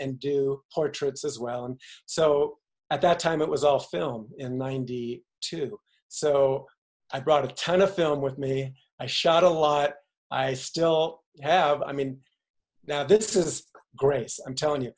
and do horror trades as well and so at that time it was all filmed in ninety two so i brought a ton of film with me i shot a lot i still have i mean now this is grace i'm telling you